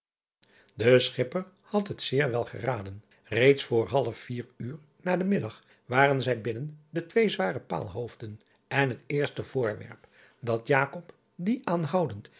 e schipper had het zeer wel geraden reeds voor half vier uur na den middag waren zij binnen de twee zware paalhoofden en het eerste voorwerp dat die aanhoudend